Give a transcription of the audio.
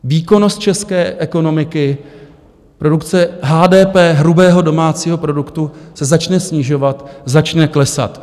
Výkonnost české ekonomiky, produkce HDP, hrubého domácího produktu, se začne snižovat, začne klesat.